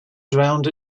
drowned